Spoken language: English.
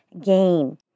gain